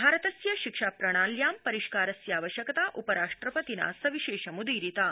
भारतस्य शिक्षाप्रणाल्यां परिष्कारस्यावश्यकता उपराष्ट्रपतिना सविशेषम्दीरिता